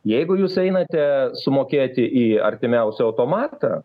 jeigu jūs einate sumokėti į artimiausią automatą